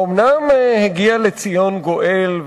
האומנם הגיע לציון גואל,